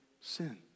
sin